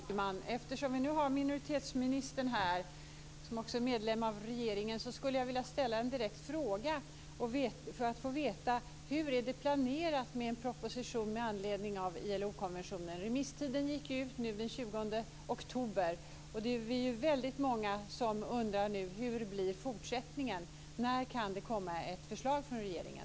Fru talman! Eftersom vi nu har minoritetsministern här, som också är medlem av regeringen, vill jag ställa en direkt fråga. Hur är det planerat med en proposition med anledning av ILO-konventionen? Remisstiden gick ut den 20 oktober. Vi är väldigt många som nu undrar: Hur blir fortsättningen? När kan det komma ett förslag från regeringen?